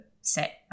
set